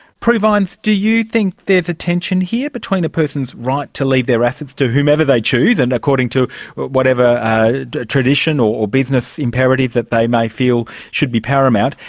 prue vines, do you think there's a tension here between a person's right to leave their assets to whomever they choose, and according to but whatever ah tradition or business imperative that they may feel should be paramount,